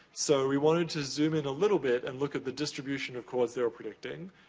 so, we wanted to zoom in a little bit and look at the distribution of chords they were predicting.